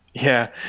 yeah.